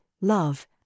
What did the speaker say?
love